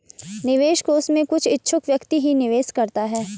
निवेश कोष में कुछ इच्छुक व्यक्ति ही निवेश करता है